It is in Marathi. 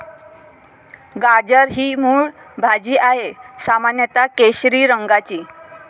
गाजर ही मूळ भाजी आहे, सामान्यत केशरी रंगाची